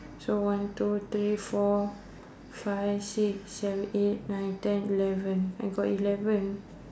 so one two three four five six seven eight nine ten eleven I got eleven